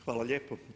Hvala lijepo.